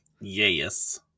yes